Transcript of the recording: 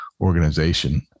organization